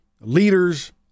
leaders